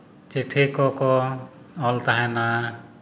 ᱪᱤᱴᱷᱤ ᱠᱚ ᱠᱚ ᱚᱞ ᱛᱟᱦᱮᱱᱟ